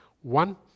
One